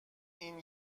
این